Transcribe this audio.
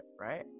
right